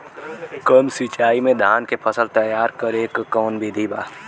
कम सिचाई में धान के फसल तैयार करे क कवन बिधि बा?